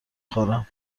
خورم